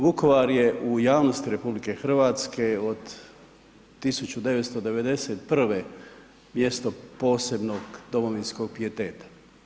Vukovar je u javnosti RH od 1991. mjesto posebnog domovinskog pijeteta.